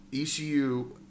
ECU